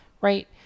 right